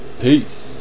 Peace